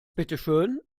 bitteschön